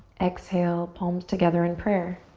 exhale, palms together in prayer.